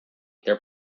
their